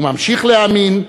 הוא ממשיך להאמין,